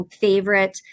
favorite